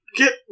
get